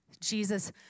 Jesus